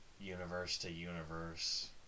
universe-to-universe